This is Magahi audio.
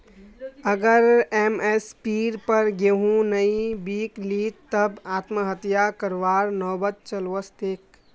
अगर एम.एस.पीर पर गेंहू नइ बीक लित तब आत्महत्या करवार नौबत चल वस तेक